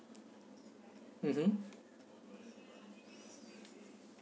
mmhmm